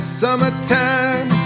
summertime